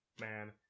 man